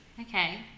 Okay